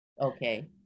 okay